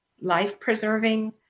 life-preserving